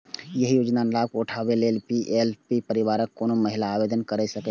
एहि योजनाक लाभ उठाबै लेल बी.पी.एल परिवारक कोनो महिला आवेदन कैर सकैए